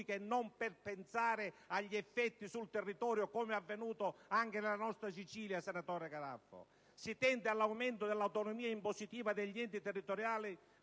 e non per pensare agli effetti sul territorio! È avvenuto anche nella nostra Sicilia, senatore Garraffa. Si tende all'aumento dell'autonomia impositiva degli enti territoriali,